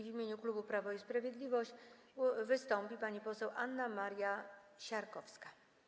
W imieniu klubu Prawo i Sprawiedliwość wystąpi pani poseł Anna Maria Siarkowska.